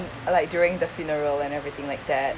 unlike during the funeral and everything like that